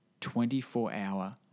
24-hour